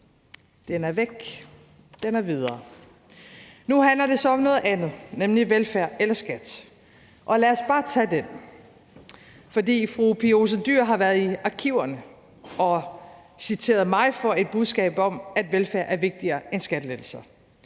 Den er væk, den er videre. Nu handler det så om noget andet, nemlig velfærd eller skat? Og lad os bare tage den, for fru Pia Olsen Dyhr har været i arkiverne og citerede mig for et budskab om, at velfærd er vigtigere end skattelettelser.